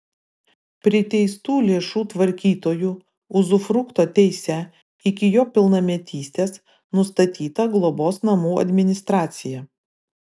priteistų lėšų tvarkytoju uzufrukto teise iki jo pilnametystės nustatyta globos namų administracija